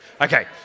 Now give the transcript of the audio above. Okay